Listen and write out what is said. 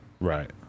Right